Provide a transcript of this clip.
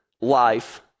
life